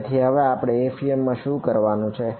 તેથી હવે આપણે એફઈએમ માં શું કરવાનું છે